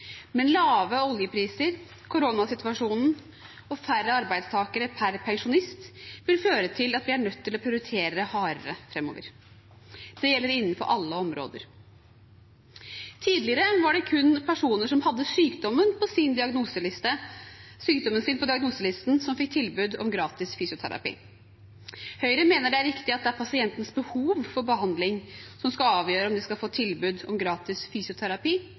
men lave oljepriser, koronasituasjonen og færre arbeidstakere per pensjonist vil føre til at vi er nødt til å prioritere hardere framover. Det gjelder innenfor alle områder. Tidligere var det kun personer som hadde sykdommen sin på diagnoselisten, som fikk tilbud om gratis fysioterapi. Høyre mener det er riktig at det er pasientens behov for behandling som skal avgjøre om man skal få tilbud om gratis fysioterapi,